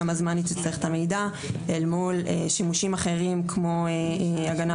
כמה זמן נצטרך את המידע אל מול שימושים אחרים כמו הגנה משפטית.